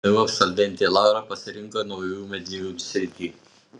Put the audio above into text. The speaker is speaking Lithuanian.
ktu absolventė laura pasirinko naujųjų medijų sritį